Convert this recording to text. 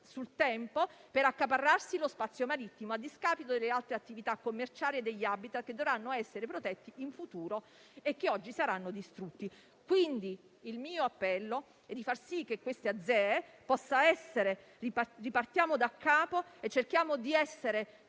sul tempo per accaparrarsi lo spazio marittimo a discapito delle altre attività commerciali e degli *habitat* che dovranno essere protetti in futuro e che oggi saranno distrutti. Quindi, il mio appello è di far sì che la zona economica esclusiva possa significare ripartire da capo e cercare di essere